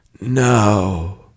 No